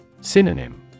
Synonym